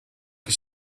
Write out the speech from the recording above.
che